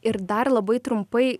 ir dar labai trumpai